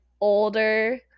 older